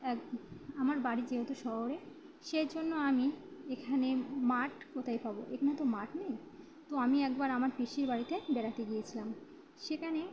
এক আমার বাড়ি যেহেতু শহরে সেই জন্য আমি এখানে মাঠ কোথায় পাব এখানে তো মাঠ নেই তো আমি একবার আমার পিসির বাড়িতে বেড়াতে গিয়েছিলাম সেখানে